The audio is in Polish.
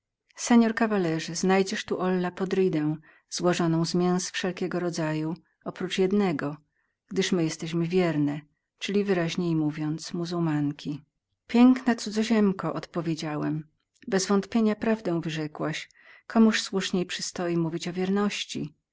senor kawalerze znajdziesz tu ollapodrida złożoną z mięs wszelkiego rodzaju oprócz jednego gdyż my jesteśmy wierne czyli wyraźniej mówiąc muzułmanki piękna cudzoziemko odpowiedziałem bezwątpienia prawdę wyrzekłaś komuż słuszniej przystoi mówić o wierności